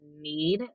need